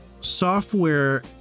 software